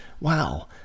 Wow